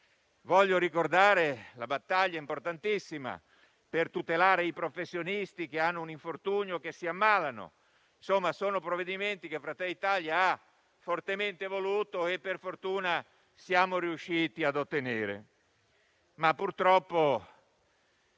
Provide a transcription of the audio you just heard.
Voglio ricordare la battaglia importantissima per tutelare i professionisti che hanno un infortunio e si ammalano. Sono provvedimenti che Fratelli d'Italia ha fortemente voluto e che per fortuna si è riusciti a ottenere. Ma purtroppo,